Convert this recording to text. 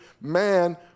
man